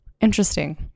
Interesting